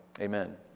Amen